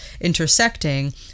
intersecting